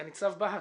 סגן ניצב בהט,